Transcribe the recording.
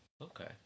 Okay